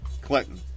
Clinton